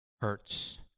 Hurts